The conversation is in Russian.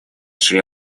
шри